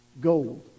gold